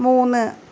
മൂന്ന്